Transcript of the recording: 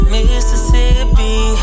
Mississippi